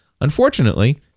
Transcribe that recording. Unfortunately